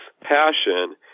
passion